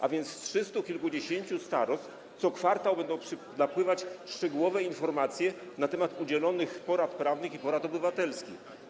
A więc z trzystu kilkudziesięciu starostw co kwartał będą napływać szczegółowe informacje na temat udzielonych porad prawnych i porad obywatelskich.